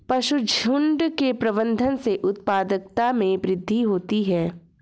पशुझुण्ड के प्रबंधन से उत्पादकता में वृद्धि होती है